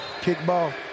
Kickball